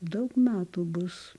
daug metų bus